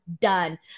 done